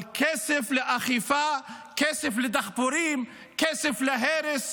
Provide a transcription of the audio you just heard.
אבל יש כסף לאכיפה, כסף לדחפורים, כסף להרס,